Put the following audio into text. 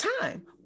time